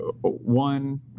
one